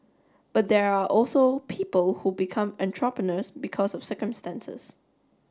but there are also people who become entrepreneurs because of circumstances